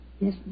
Yes